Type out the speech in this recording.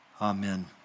Amen